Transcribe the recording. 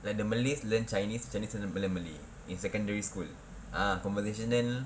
like the malays learn chinese chinese chinese learn malay in secondary school ah conversational